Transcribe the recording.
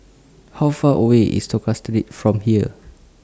How Far away IS Tosca Street from here